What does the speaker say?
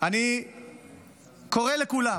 אני קורא לכולם